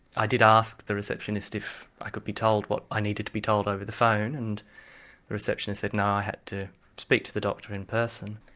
i did ask the receptionist if i could be told what i needed to be told over the phone, and the receptionist said no i had to speak to the doctor in person.